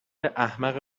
احمق